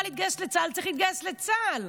להתגייס לצה"ל צריך להתגייס לצה"ל.